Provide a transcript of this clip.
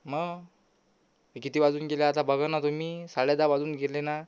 मग हे किती वाजून गेले आता बघा ना तुम्ही साडेदहा वाजून गेले ना